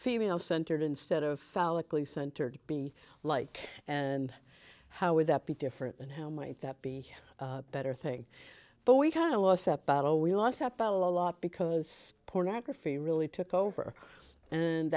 female centered instead of phallic lee centered be like and how would that be different and how might that be a better thing but we kind of lost that battle we lost that battle a lot because pornography really took over and